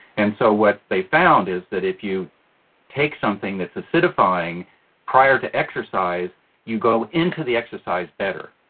and so what they found is that if you take something that is acidifying prior to exercise you go into the exercise better.